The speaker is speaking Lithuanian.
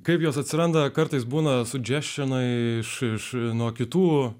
kaip jos atsiranda kartais būna sudžeščionai iš nuo kitų